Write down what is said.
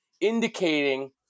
indicating